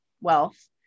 wealth